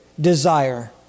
desire